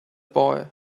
boy